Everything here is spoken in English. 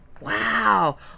Wow